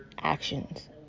actions